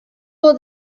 will